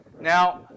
Now